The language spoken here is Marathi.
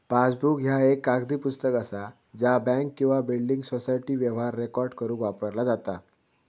पासबुक ह्या एक कागदी पुस्तक असा ज्या बँक किंवा बिल्डिंग सोसायटी व्यवहार रेकॉर्ड करुक वापरला जाता